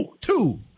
Two